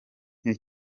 nke